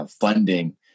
funding